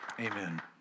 Amen